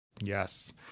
Yes